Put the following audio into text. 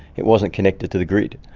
it wasn't connected to the grid.